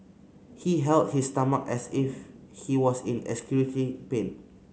he held his stomach as if he was in excruciating pain